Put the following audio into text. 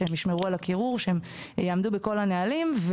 שישמרו על הקירור ויעמדו בכול הנהלים.